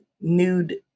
nude